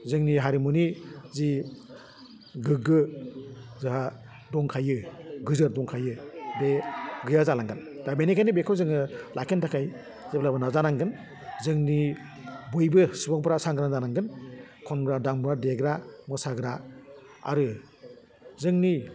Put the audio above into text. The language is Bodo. जोंनि हारिमुनि जि गोग्गो जोहा दंखायो गोजोर दंखायो बे गैया जालांगोन दा बेनिखायनो बेखौ जोङो लाखिनो थाखाय जेब्लाबो नाजानांगोन जोंनि बयबो सुबुंफ्रा सांग्रां जानांगोन खनग्रा दामग्रा देग्रा मोसाग्रा आरो जोंनि